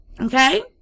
Okay